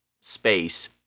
space